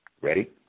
Ready